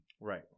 Right